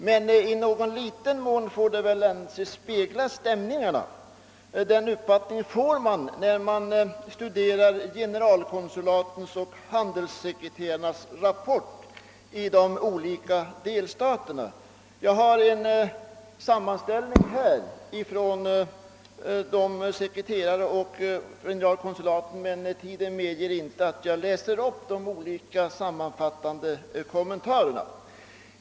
Men i någon liten mån får det väl ändå anses spegla stämningarna; den uppfattningen får man när man studerar generalkonsulatens och handelssekreterarnas rapporter från de olika delstaterna. Jag har här en sammanställning från generalkonsulaten och handelsekreterarna, men tiden medger inte att jag läser upp de olika sammanfattande kommentarerna.